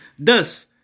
thus